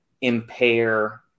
impair